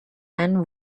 and